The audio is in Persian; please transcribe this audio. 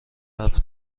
حرف